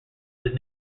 his